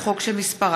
עפר שלח,